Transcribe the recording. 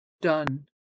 done